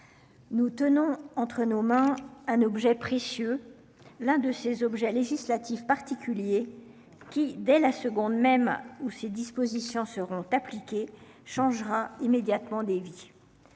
Nous tenons entre nos mains un objet précieux. L'un de ces objets législatif particulier qui, dès la seconde même où ces dispositions seront appliquées changera immédiatement des vies.